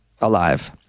alive